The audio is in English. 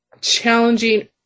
challenging